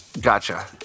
Gotcha